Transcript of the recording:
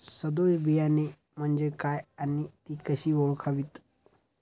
सदोष बियाणे म्हणजे काय आणि ती कशी ओळखावीत?